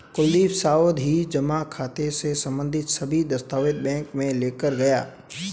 कुलदीप सावधि जमा खाता से संबंधित सभी दस्तावेज बैंक में लेकर गया